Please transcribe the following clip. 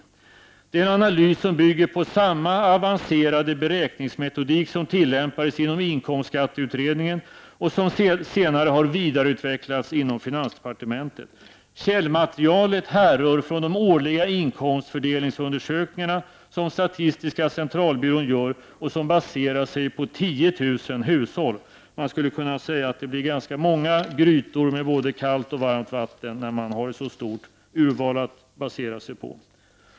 Det är en analys som bygger på samma avancerade beräkningsmetodik som tillämpades inom inkomstskatteutredningen och som sedan har vidareutvecklats inom finansdepartementet. Källmaterialet härrör från de årliga inkomstfördelningsundersökningarna som statistiska centralbyrån gör och som baserar sig på 10 000 hushåll. Man skulle kunna säga att det blir ganska många grytor med både kallt och varmt vatten, när man har så stort urval.